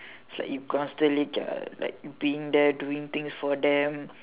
it's like you constantly uh like being there doing things for them